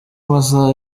amasaha